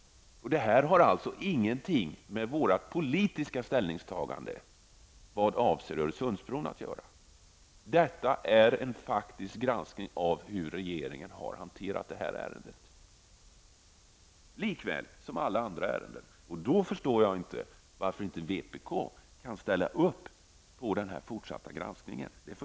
Detta har ingenting med vårt politiska ställningstagande vad avser Öresundsbron att göra. Det är fråga om en faktisk granskning av hur regeringen har hanterat detta ärende likväl som alla andra ärenden. Jag förstår över huvud taget inte varför vänsterpartiet inte kan ställa sig bakom denna fortsatta granskning.